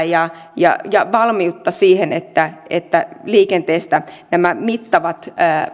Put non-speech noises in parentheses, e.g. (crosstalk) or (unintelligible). (unintelligible) ja ja saadaan valmiutta siihen että että liikenteestä nämä mittavat